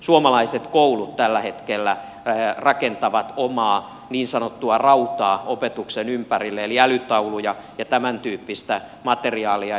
suomalaiset koulut tällä hetkellä rakentavat opetuksen ympärille omaa niin sanottua rautaa eli älytauluja ja tämäntyyppistä materiaalia